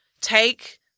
take